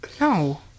No